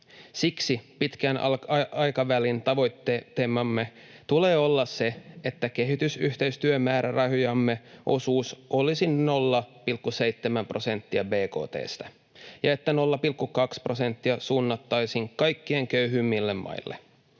Siksi pitkän aikavälin tavoitteenamme tulee olla se, että kehitysyhteistyömäärärahojemme osuus olisi 0,7 prosenttia bkt:stä ja että 0,2 prosenttia suunnattaisiin kaikkein köyhimmille maille.